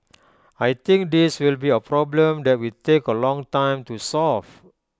I think this will be A problem that will take A long time to solve